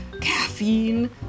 Caffeine